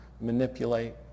manipulate